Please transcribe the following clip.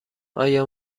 آیا